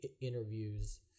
interviews